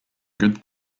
good